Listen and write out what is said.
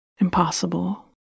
impossible